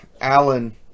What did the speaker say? Alan